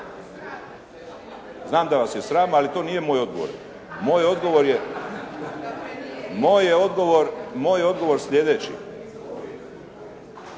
Znam da vas je sram, ali to nije moj odgovor. Moj odgovor je slijedeći.